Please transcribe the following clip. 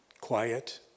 quiet